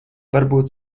varbūt